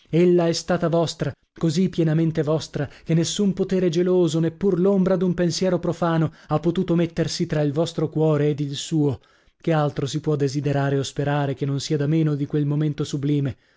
è stata vostra così pienamente vostra che nessun potere geloso neppur l'ombra d'un pensiero profano ha potuto mettersi tra il vostro cuore ed il suo che altro si può desiderare o sperare che non sia da meno di quel momento sublime